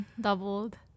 doubled